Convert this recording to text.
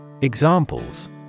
Examples